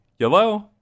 yellow